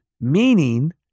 Meaning